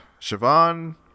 Siobhan